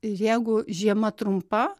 jeigu žiema trumpa